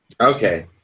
Okay